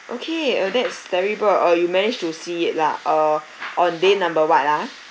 okay uh that's terrible uh you managed to see it lah uh on day number what ah